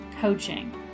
coaching